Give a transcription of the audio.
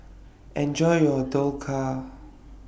Enjoy your Dhokla